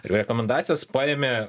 rekomendacijas paėmė